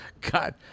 God